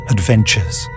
Adventures